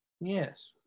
yes